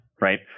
Right